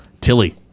Tilly